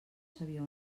sabia